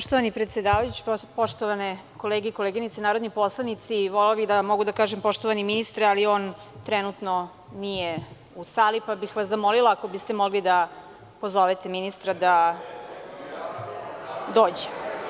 Poštovani predsedavajući, poštovane kolege i koleginice narodni poslanici, volela bih da mogu da kažem i poštovani ministre, ali on trenutno nije u sali, pa bih vas zamolila ako biste mogli da pozovete ministra da dođe.